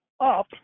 up